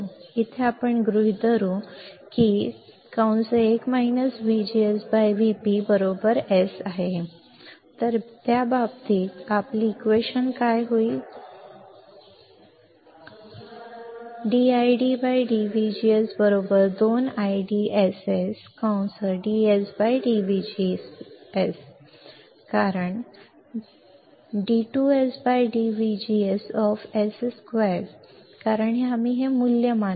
तर आपण ते इथे गृहीत धरू 1 VGS VpS त्या बाबतीत dIDdVGS 2IDSS dS dVGS कारण d2S d VGS of S2 कारण आम्ही हे मूल्य मानले आहे 1 VGS Vp S